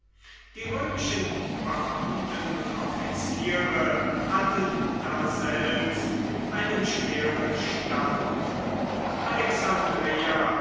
die römischen beamten und offiziere hatten daselbst einen schweren stand alexandreia